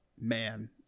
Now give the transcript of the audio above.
man